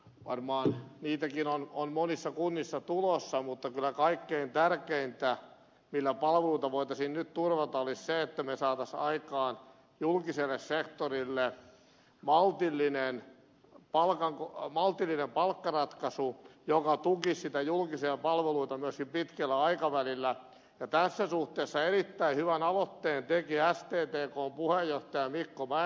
varmaan niitäkin on monissa kunnissa tulossa mutta kyllä kaikkein tärkeintä millä palveluita voitaisiin nyt turvata olisi se että me saisimme aikaan julkiselle sektorille maltillisen palkkaratkaisun joka tukisi niitä julkisia palveluita myöskin pitkällä aikavälillä ja tässä suhteessa erittäin hyvän aloitteen teki sttkn puheenjohtaja mikko mäenpää